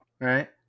Right